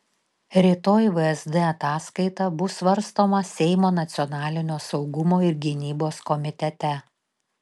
rytoj vsd ataskaita bus svarstoma seimo nacionalinio saugumo ir gynybos komitete